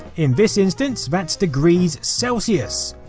in this instance that's degrees celsius.